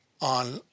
on